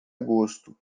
agosto